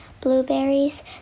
blueberries